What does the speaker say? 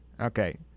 Okay